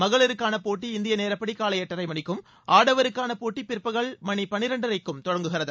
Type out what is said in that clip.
மகளிருக்கான போட்டி இந்திய நேரப்படி காலை எட்டரை மணிக்கும் ஆடவருக்கான போட்டி பிற்பகல் மணி பனிரெண்டரைக்கும் தொடங்குகிறது